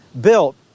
built